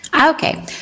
Okay